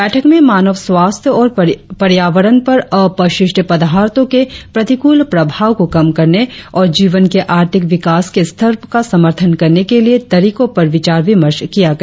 बैठक में मानव स्वास्थ्य और पर्यावरण पर अपशिष्ट पदार्थों के प्रतिकूल प्रभाव को कम करने और जीवन के आर्थिक विकास के स्तर का समर्थन करने के लिए तरीको पर विचार चिमर्श किया गया